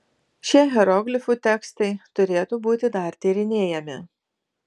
šie hieroglifų tekstai turėtų būti dar tyrinėjami